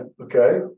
Okay